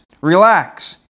Relax